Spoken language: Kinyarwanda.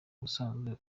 ubusanzwe